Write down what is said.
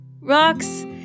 rocks